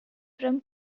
from